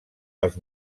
els